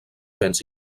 béns